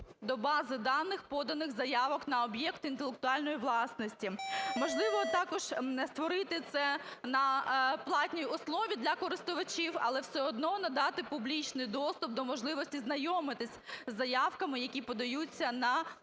до бази даних поданих заявок на об'єкти інтелектуальної власності? Можливо, також створити це на платній основі для користувачів, але все одно надати публічний доступ до можливості знайомитись з заявками, які подаються на правову